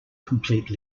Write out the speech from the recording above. complete